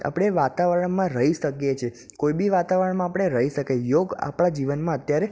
આપણે વાતાવરણમાં રહી શકીએ છે કોઇ બી વાતાવરણમાં આપણે રહી શકાય યોગ આપણાં જીવનમાં અત્યારે